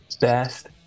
Best